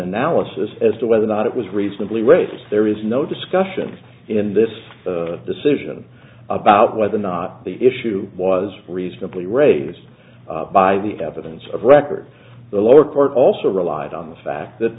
analysis as to whether or not it was reasonably race there is no discussion in this decision about whether or not the issue was reasonably raised by the evidence of record the lower court also relied on the fact